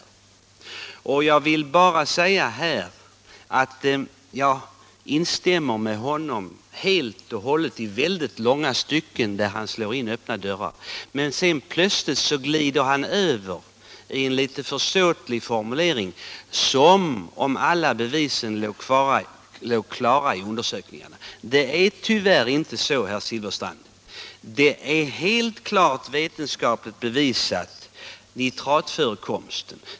Jag instämmer helt och hållet med herr Silfverstrand i långa stycken — han slår alltså in öppna dörrar. Sedan glider han plötsligt över i en litet försåtlig formulering som om alla bevis låg klara i undersökningarna. Det är tyvärr inte så, herr Silfverstrand. Det är klart vetenskapligt bevisat att vi har en nitratförekomst.